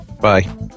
Bye